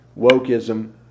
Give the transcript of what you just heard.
wokeism